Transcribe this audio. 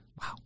Wow